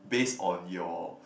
base on your